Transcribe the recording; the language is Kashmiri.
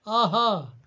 آہا